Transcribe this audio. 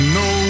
no